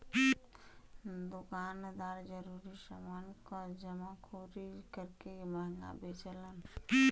दुकानदार जरूरी समान क जमाखोरी करके महंगा बेचलन